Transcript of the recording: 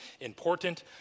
important